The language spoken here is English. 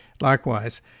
likewise